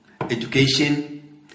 education